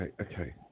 okay